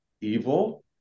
evil